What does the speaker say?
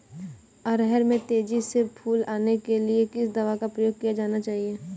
अरहर में तेजी से फूल आने के लिए किस दवा का प्रयोग किया जाना चाहिए?